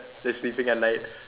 they're sleeping at night